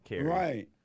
Right